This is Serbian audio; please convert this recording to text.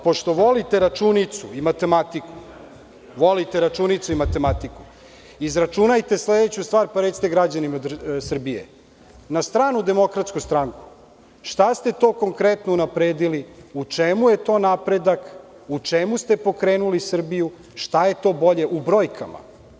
Pošto volite računicu i matematiku, izračunajte sledeću stvar pa recite građanima Srbije, na stranu DS, šta ste to konkretno unapredili, u čemu je to napredak, u čemu ste pokrenuli Srbiju, šta je to bolje, u brojkama?